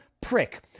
prick